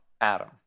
Adam